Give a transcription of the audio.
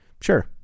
Sure